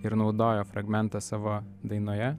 ir naudojo fragmentą savo dainoje